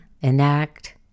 enact